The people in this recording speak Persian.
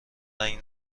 رنگ